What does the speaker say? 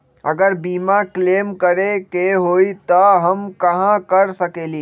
अगर बीमा क्लेम करे के होई त हम कहा कर सकेली?